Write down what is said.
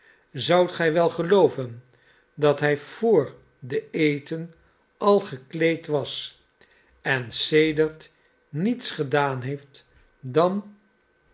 zoudt gij wel gelooven dat hij voor den eten al gekleed was en sedert niets gedaan heeft dan